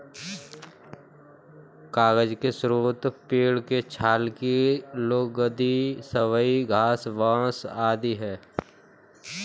कागज के स्रोत पेड़ के छाल की लुगदी, सबई घास, बाँस आदि हैं